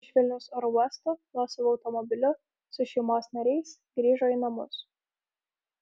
iš vilniaus oro uosto nuosavu automobiliu su šeimos nariais grįžo į namus